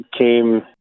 came